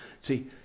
See